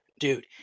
Dude